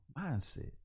mindset